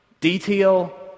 detail